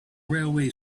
railway